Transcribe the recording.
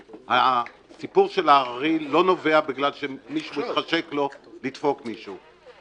הסיפור של ההררי לא נובע בגלל שלמישהו מתחשק לדפוק מישהו.